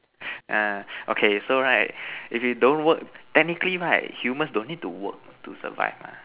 uh okay so right if you don't work technically right humans don't need to work to survive lah